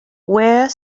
ware